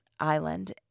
Island